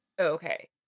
Okay